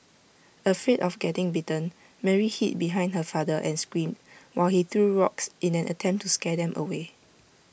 afraid of getting bitten Mary hid behind her father and screamed while he threw rocks in an attempt to scare them away